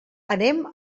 anem